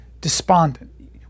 despondent